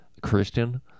Christian